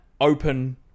open